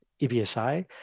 EBSI